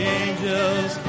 angels